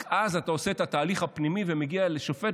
רק אז אתה עושה את התהליך הפנימי ומגיע לשופט,